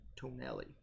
tonelli